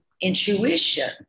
Intuition